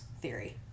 theory